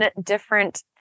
different